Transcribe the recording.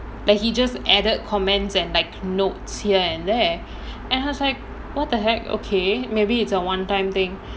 but he just added comments and like notes here and there and I was like what the heck okay maybe it's a one time thing